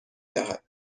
دهد